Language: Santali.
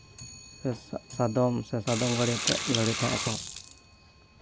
ᱥᱟᱫᱚᱢ ᱥᱮ ᱥᱟᱫᱚᱢ ᱜᱟᱹᱲᱤ ᱟᱛᱮᱫ ᱞᱟᱹᱲᱦᱟᱹᱭ ᱛᱟᱦᱮᱸᱫ ᱠᱚ